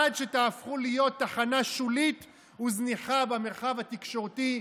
עד שתהפכו להיות תחנה שולית וזניחה במרחב התקשורתי,